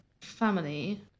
family